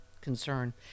concern